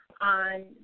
on